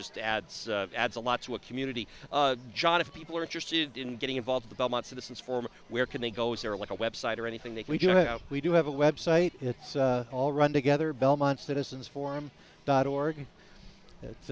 just adds adds a lot to a community john if people are interested in getting involved the belmont citizens form where can they go is there like a website or anything that we do have we do have a website it's all run together belmont citizens form dot org it's